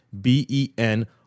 b-e-n